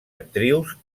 actrius